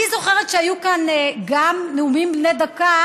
אני זוכרת שהיו כאן גם נאומים בני דקה